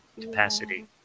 capacity